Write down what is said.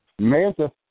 Manta